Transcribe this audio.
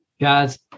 Guys